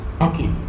okay